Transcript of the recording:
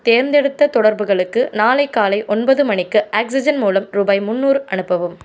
தேர்ந்தெடுத்த தொடர்புகளுக்கு நாளை காலை ஒன்பது மணிக்கு ஆக்ஸிஜன் மூலம் ரூபாய் முன்னூறு அனுப்பவும்